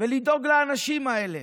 ולדאוג לאנשים האלה?